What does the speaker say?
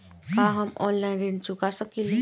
का हम ऑनलाइन ऋण चुका सके ली?